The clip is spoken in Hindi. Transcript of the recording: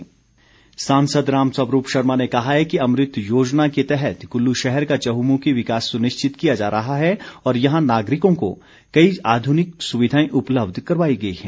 राम स्वरूप सांसद राम स्वरूप शर्मा ने कहा है कि अमृत योजना के तहत कुल्लू शहर का चहुमुखी विकास सुनिश्चित किया जा रहा है और यहां नागरिकों को कई आधुनिक सुविधाएं उपलब्ध करवाई गई हैं